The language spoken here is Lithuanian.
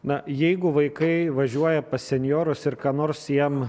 na jeigu vaikai važiuoja pas senjorus ir ką nors jiem